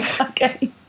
Okay